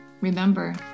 Remember